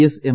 S M